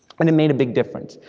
and it made a big difference.